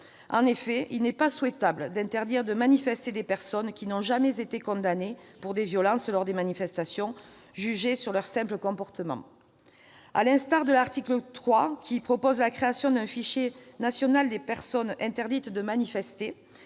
En effet, il n'est pas souhaitable d'interdire de manifester des personnes qui n'ont jamais été condamnées pour des violences lors des manifestations, jugées sur leur simple comportement. À l'instar de l'article 3, qui prévoit la création d'un fichier national des personnes interdites de manifester,